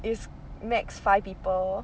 is max five people